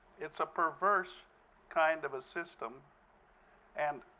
it's a perverse kind of a system and